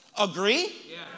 Agree